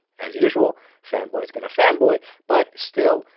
as usual fanboys gonna fanboy, but still,